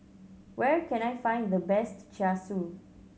where can I find the best Char Siu